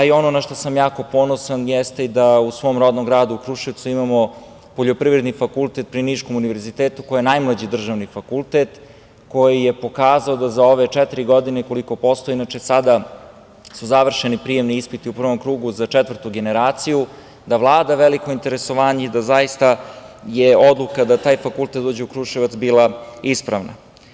Ono na šta sam jako ponosan jeste da u svom rodnom gradu u Kruševcu imamo Poljoprivredni fakultet pri Niškom univerzitetu, koji je najmlađi državni fakultet, koji je pokazao za ove četiri koliko postoji, inače, sada su završeni prijemni ispiti u prvom krugu za četvrtu generaciju, da vlada veliko interesovanje i da zaista odluka da taj fakultet dođe u Kruševac je bila ispravna.